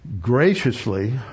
graciously